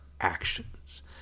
actions